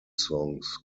songs